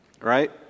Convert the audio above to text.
right